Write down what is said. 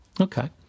Okay